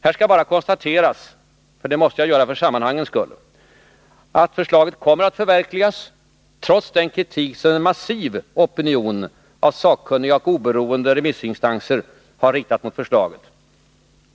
Här skall bara konstateras — och det måste jag göra för sammanhangens skull — att förslaget kommer att förverkligas, trots den kritik som en massiv opinion av sakkunniga och oberoende remissinstanser har riktat mot det.